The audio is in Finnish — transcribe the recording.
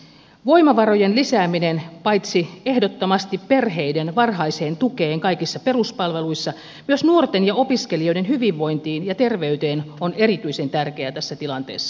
voimavarojen lisääminen paitsi ehdottomasti perheiden varhaiseen tukeen kaikissa peruspalveluissa myös nuorten ja opiskelijoiden hyvinvointiin ja terveyteen on erityisen tärkeää tässä tilanteessa